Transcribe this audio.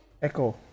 Echo